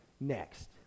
next